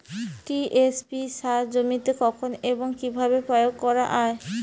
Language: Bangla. টি.এস.পি সার জমিতে কখন এবং কিভাবে প্রয়োগ করা য়ায়?